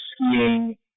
skiing